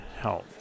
help